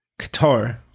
Qatar